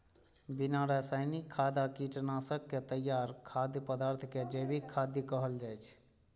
बिना रासायनिक खाद आ कीटनाशक के तैयार खाद्य पदार्थ कें जैविक खाद्य कहल जाइ छै